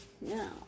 No